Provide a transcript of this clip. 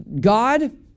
God